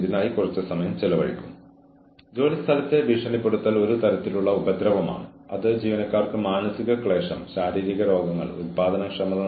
ഞാൻ നിങ്ങളോട് പറഞ്ഞതുപോലെ തങ്ങളിൽ നിന്ന് എന്താണ് പ്രതീക്ഷിക്കുന്നതെന്ന് ജീവനക്കാർക്ക് പലപ്പോഴും മനസ്സിലാകുന്നില്ല